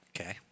Okay